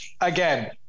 again